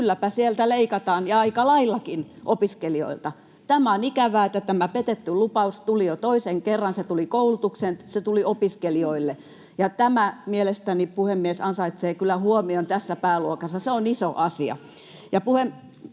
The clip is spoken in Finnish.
opiskelijoilta leikataan ja aika laillakin. Tämä on ikävää, että tämä petetty lupaus tuli jo toisen kerran. Se tuli koulutukseen, se tuli opiskelijoille, ja tämä mielestäni, puhemies, ansaitsee kyllä huomion tässä pääluokassa. Se on iso asia.